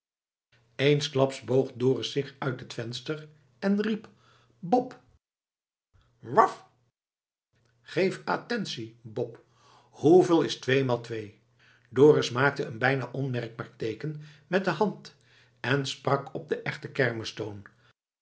eensklaps boog dorus zich uit het venster en riep bop waf geef attentie bop hoeveel is tweemaal twee dorus maakte een bijna onmerkbaar teeken met de hand en sprak op den echten